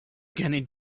going